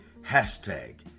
hashtag